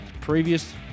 previous